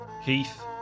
Heath